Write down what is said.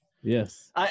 Yes